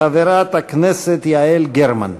חברת הכנסת יעל גרמן.